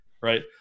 right